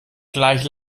gleich